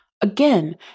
Again